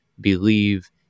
Believe